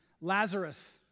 Lazarus